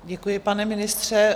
Děkuji, pane ministře.